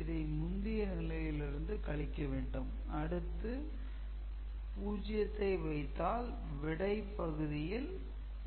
இதை முந்தைய நிலையில் இருந்து கழிக்க வேண்டும் அடுத்து 0 வைத்தால் விடை பகுதியில்